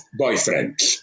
boyfriends